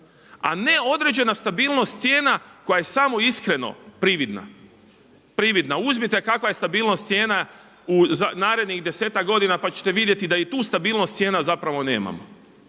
a ne određena stabilnost cijena koja je samo iskreno prividna. Uzmite kakva je stabilnost cijena u narednih desetak godina pa ćete vidjeti da i tu stabilnost cijena nemamo.